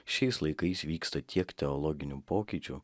šiais laikais vyksta tiek teologinių pokyčių